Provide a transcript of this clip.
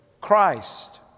Christ